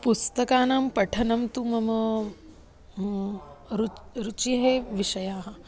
पुस्तकानां पठनं तु मम रुचेः विषयः